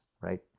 right